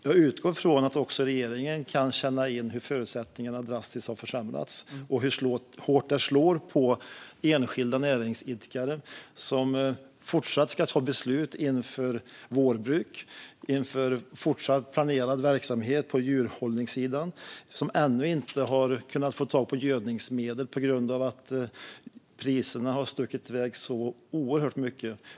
Jag utgår från att också regeringen kan känna in hur förutsättningarna drastiskt har försämrats och hur hårt detta slår mot enskilda näringsidkare, som fortsatt ska ta beslut inför vårbruk och planerad verksamhet på djurhållningssidan. De har ännu inte kunnat få tag i gödningsmedel på grund av att priserna har skjutit i höjden så oerhört.